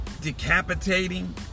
decapitating